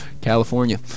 California